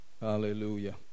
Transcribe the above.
Hallelujah